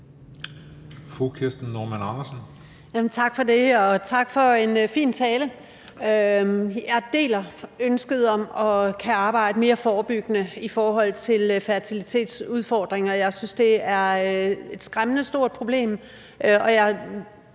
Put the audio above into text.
Tak for det, og tak for en fin tale. Jeg deler ønsket om at kunne arbejde mere forebyggende i forhold til fertilitetsudfordringer. Jeg synes, det er et skræmmende stort problem,